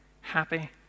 happy